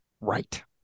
Right